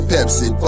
Pepsi